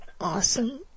awesome